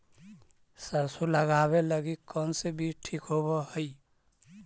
सरसों लगावे लगी कौन से बीज ठीक होव हई?